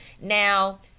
now